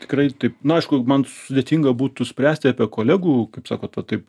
tikrai taip na aišku man sudėtinga būtų spręsti apie kolegų kaip sakot va taip